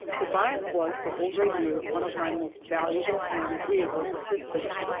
tobias was for over a year one of my most valuable and agreeable assistants.